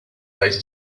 data